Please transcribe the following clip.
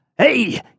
Hey